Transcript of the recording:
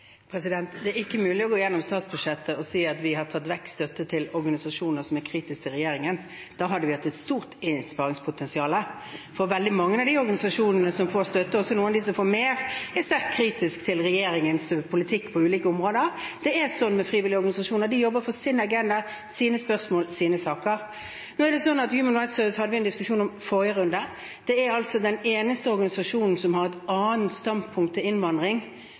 Det er ikke mulig å gå gjennom statsbudsjettet og si at vi har tatt vekk støtte til organisasjoner som er kritiske til regjeringen. Da hadde vi hatt et stort innsparingspotensial, for veldig mange av de organisasjonene som får støtte, og også noen av dem som får mer, er sterkt kritiske til regjeringens politikk på ulike områder. Det er sånn med frivillige organisasjoner: De jobber for sin agenda, sine spørsmål, sine saker. Human Rights Service hadde vi en diskusjon om i forrige runde. Dette er den eneste organisasjonen som har et annet standpunkt til innvandring